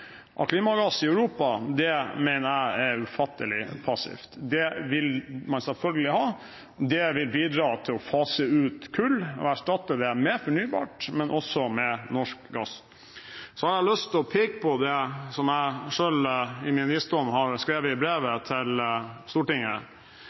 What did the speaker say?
av klimagass i Europa, mener jeg det er ufattelig passivt. Det vil man selvfølgelig ha. Det vil bidra til å fase ut kull og erstatte det med fornybart, men også med norsk gass. Så har jeg lyst til å peke på det som jeg selv i min visdom har skrevet i brevet